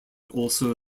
also